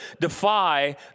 defy